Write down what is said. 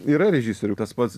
yra režisierių tas pats